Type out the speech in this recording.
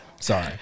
Sorry